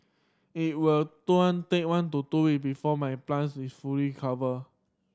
it will took take one to two week before my plants will fully recover